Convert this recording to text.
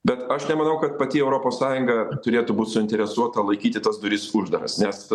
bet aš nemanau kad pati europos sąjunga turėtų būt suinteresuota laikyti tas duris uždaras nes